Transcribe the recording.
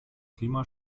klima